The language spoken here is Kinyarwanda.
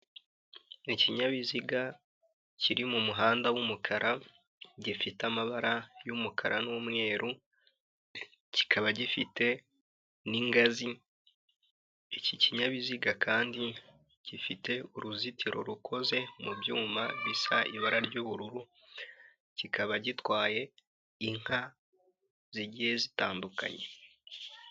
Ikinyabiziga kiri mu muhanda w'umukara gifite amabara y'umukara n'umweru, kikaba gifite n'ingazi, iki kinyabiziga kandi gifite uruzitiro rukoze mu byuma bisa ibara ry'ubururu, kikaba gitwaye inka zigiye zitandukanye.